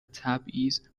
تبعیض